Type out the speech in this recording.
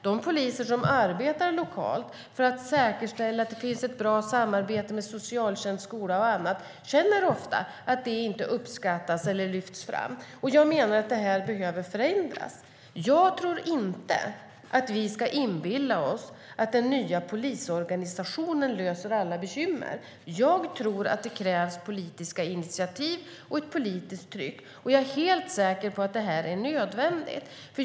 De poliser som arbetar lokalt för att säkerställa att det finns ett bra samarbete med socialtjänst, skola och annat känner ofta att arbetet inte uppskattas eller lyfts fram. Det behöver förändras. Jag tror inte att vi ska inbilla oss att den nya polisorganisationen löser alla bekymmer. Det krävs politiska initiativ och ett politiskt tryck, och jag är helt säker på att det är nödvändigt.